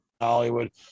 Hollywood